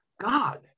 God